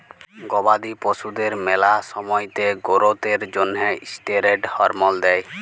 গবাদি পশুদের ম্যালা সময়তে গোরোথ এর জ্যনহে ষ্টিরেড হরমল দেই